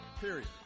period